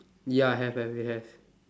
ya have have they have